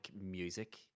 music